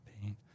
pain